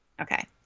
Okay